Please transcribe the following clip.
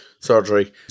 surgery